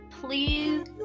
please